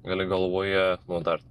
gali galvoje nu dar